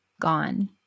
gone